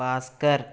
Bhaskar